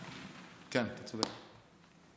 כן, אתה צודק.